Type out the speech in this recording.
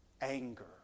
anger